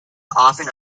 often